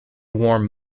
warm